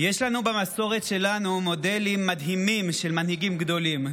יש לנו במסורת שלנו מודלים מדהימים של מנהיגים גדולים.